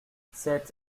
sept